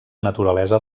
naturalesa